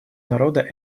народа